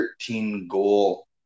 13-goal